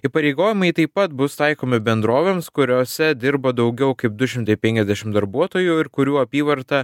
įpareigojimai taip pat bus taikomi bendrovėms kuriose dirba daugiau kaip du šimtai penkiasdešimt darbuotojų ir kurių apyvarta